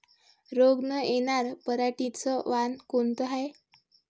रोग न येनार पराटीचं वान कोनतं हाये?